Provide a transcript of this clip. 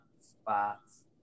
spots